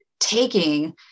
taking